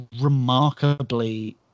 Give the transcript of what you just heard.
remarkably